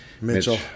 Mitchell